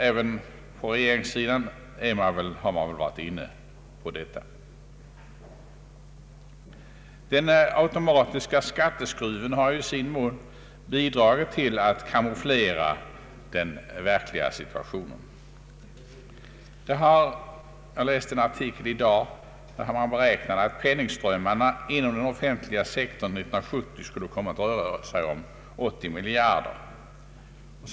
Även från regeringssidan har man väl varit inne på detta. Den automatiska skatteskruven har i sin mån bidragit till att kamouflera den verkliga situationen. Jag läste en artikel i dag, där man berättade att penningströmmen inom den offentliga sektorn 1970 skulle kom ma att röra sig om 80 miljarder kronor.